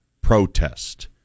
protest